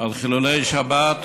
לחילולי שבת,